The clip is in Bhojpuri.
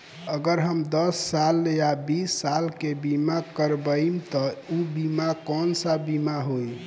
अगर हम दस साल या बिस साल के बिमा करबइम त ऊ बिमा कौन सा बिमा होई?